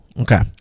Okay